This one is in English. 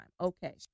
Okay